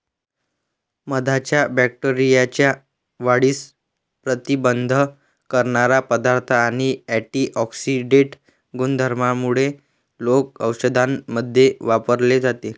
मधाच्या बॅक्टेरियाच्या वाढीस प्रतिबंध करणारा पदार्थ आणि अँटिऑक्सिडेंट गुणधर्मांमुळे लोक औषधांमध्ये वापरले जाते